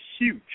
huge